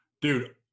Dude